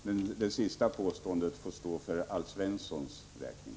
Fru talman! Det senaste påståendet får stå för Alf Svenssons räkning.